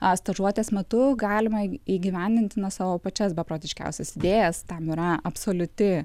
a stažuotės metu galima įgyvendinti na savo pačias beprotiškiausias idėjas tam yra absoliuti